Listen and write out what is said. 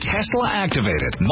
Tesla-activated